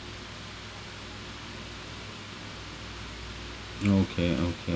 okay okay